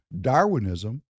Darwinism